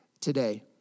today